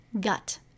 gut